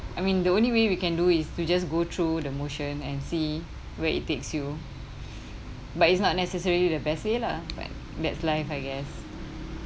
I mean the only way we can do is to just go through the motion and see where it takes you but it's not necessarily the best way lah but that's life I guess